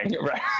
right